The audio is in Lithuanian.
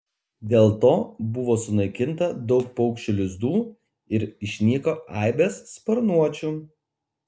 dėl to buvo sunaikinta daug paukščių lizdų ir išnyko aibės sparnuočių